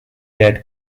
red